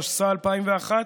התשס"א 2001,